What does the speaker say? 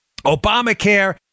Obamacare